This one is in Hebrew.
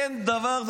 אין דבר,